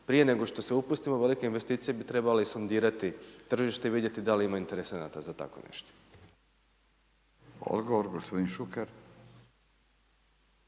prije nego što se upustimo u velike investicije bi trebali sondirati tržište i vidjeti da li ima interesa za takvo nešto.